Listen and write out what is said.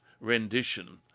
rendition